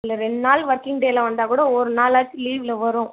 இதில் ரெண்டு நாள் ஒர்க்கிங் டேவில வந்தால்கூட ஒரு நாள் ஆச்சும் லீவ்வில் வரும்